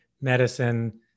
medicine